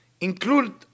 include